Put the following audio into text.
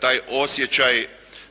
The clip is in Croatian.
taj osjećaj